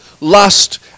lust